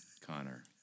Connor